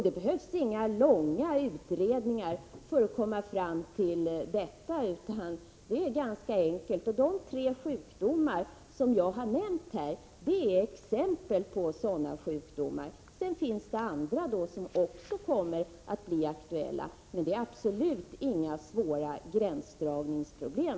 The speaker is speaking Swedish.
Det behövs inga långa utredningar för att komma fram till detta, utan det är ganska enkelt. De tre sjukdomar som jag har nämnt här är exempel på sådana sjukdomar. Sedan finns det andra, som också kommer att bli aktuella, men det rör sig absolut inte om några svåra gränsdragningsproblem.